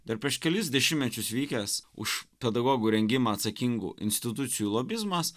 dar prieš kelis dešimtmečius vykęs už pedagogų rengimą atsakingų institucijų lobizmas